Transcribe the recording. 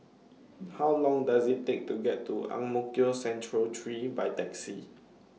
How Long Does IT Take to get to Ang Mo Kio Central three By Taxi